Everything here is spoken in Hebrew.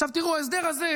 עכשיו תראו, ההסדר הזה